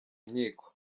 nkiko